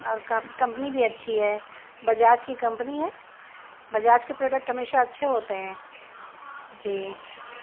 اور کافی کمپنی بھی اچھی ہے بجاج کی کمپنی ہے بجاج کے پروڈکٹ ہمیشہ اچھے ہوتے ہیں جی